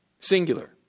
singular